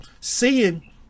seeing